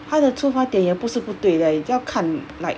他的出发点也不是不对的 eh 就要看 like